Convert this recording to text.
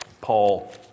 Paul